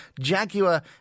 Jaguar